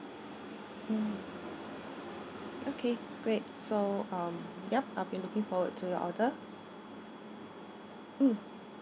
mm okay great so um yup I'll be looking forward to your order mm